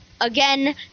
again